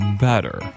better